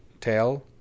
tell